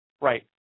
Right